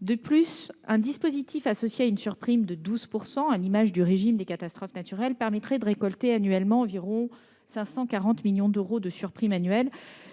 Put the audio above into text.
De plus, un dispositif associé à une surprime de 12 %, à l'image du régime des catastrophes naturelles, permettrait de récolter annuellement environ 540 millions d'euros de surprimes annuelles,